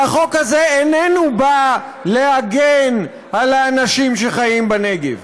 והחוק הזה איננו בא להגן על האנשים שחיים בנגב.